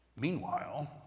Meanwhile